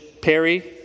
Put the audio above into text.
Perry